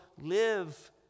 live